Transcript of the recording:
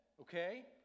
okay